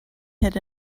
hit